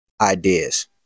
ideas